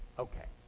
ok.